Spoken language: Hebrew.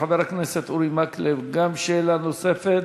חבר הכנסת אורי מקלב, גם שאלה נוספת.